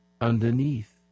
underneath